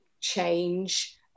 change